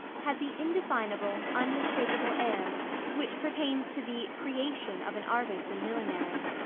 had the indefinable, unmistakable air which pertains to the creation of an artist in millinery.